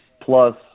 plus